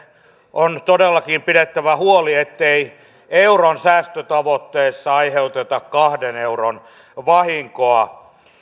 on todellakin pidettävä huoli ettei euron säästötavoitteessa aiheuteta kahden euron vahinkoa